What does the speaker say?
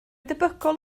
debygol